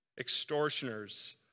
extortioners